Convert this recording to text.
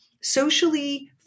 socially